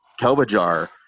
Kelbajar